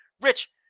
Rich